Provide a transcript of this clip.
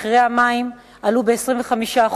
מחירי המים עלו ב-25%.